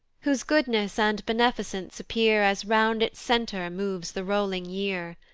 whose goodness and benificence appear as round its centre moves the rolling year,